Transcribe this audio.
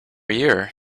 year